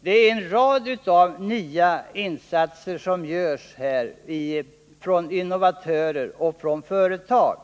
Det är en rad nya insatser från innovatörer och företag som görs här.